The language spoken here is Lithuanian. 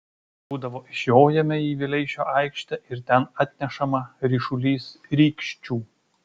būdavo išjojame į vileišio aikštę ir ten atnešama ryšulys rykščių